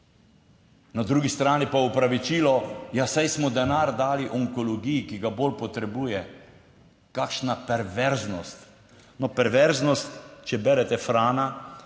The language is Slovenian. na drugi strani pa opravičilo. Ja, saj smo denar dali onkologiji, ki ga bolj potrebuje. Kakšna perverznost! No, perverznost, če berete Frana.